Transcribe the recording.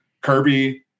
Kirby